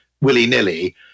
willy-nilly